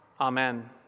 amen